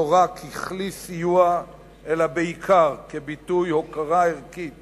לא רק ככלי סיוע אלא בעיקר כביטוי הוקרה ערכית